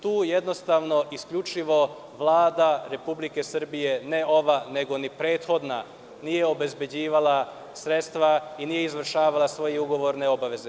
Tu isključivo Vlada Republike Srbije, ne ova, nego ni prethodna nije obezbeđivala sredstva nije izvršavala svoje ugovorne obaveze.